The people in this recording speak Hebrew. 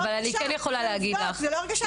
זה עובדות.